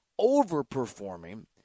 overperforming